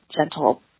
gentle